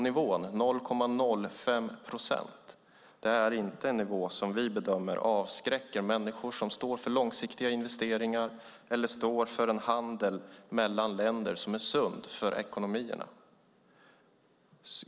Nivån 0,05 procent är inte en nivå som enligt vår bedömning avskräcker människor som står för långsiktiga investeringar eller för en handel mellan länder som är sund för ekonomierna.